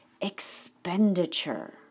expenditure